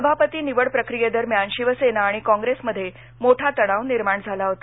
सभापती निवड प्रक्रियेदरम्यान शिवसेना आणि काँग्रेसमध्ये मोठा तणाव निर्माण झाला होता